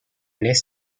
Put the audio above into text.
l’est